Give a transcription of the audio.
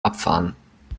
abfahren